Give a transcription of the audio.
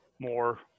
more